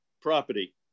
property